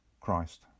Christ